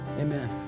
Amen